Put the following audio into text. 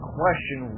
question